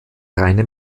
reine